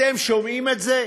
אתם שומעים את זה?